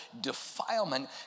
defilement